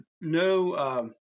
no